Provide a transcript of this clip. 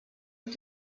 und